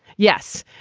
yes.